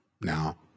Now